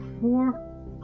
Four